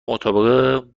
مطابق